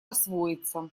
освоиться